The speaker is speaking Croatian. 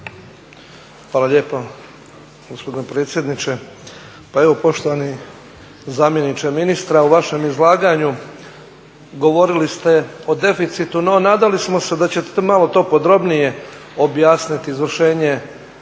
Hvala lijepo gospodine predsjedniče. Pa evo poštovani zamjeniče ministra u vašem izlaganju govorili ste o deficitu, no nadali smo se da ćete to malo podrobnije objasniti, izvršenje